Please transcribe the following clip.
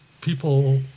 people